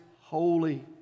holy